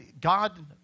God